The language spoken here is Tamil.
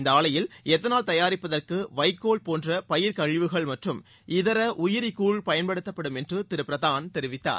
இந்த ஆலையில் எத்தனால் தயாரிப்பதற்கு வைக்கோல் போன்ற பயிர் கழிவுகள் மற்றும் இதர உயிரி கூழ் பயன்படுத்தப்படும் என்று திரு பிரதான் தெரிவித்தார்